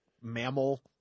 mammal